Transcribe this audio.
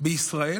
בישראל